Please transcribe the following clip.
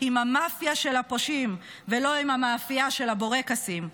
עם המאפיה של הפושעים ולא עם המאפייה של הבורקסים,